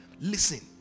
listen